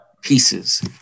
pieces